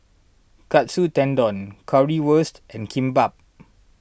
Katsu Tendon Currywurst and Kimbap